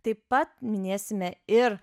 taip pat minėsime ir